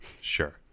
Sure